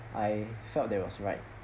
I felt that was right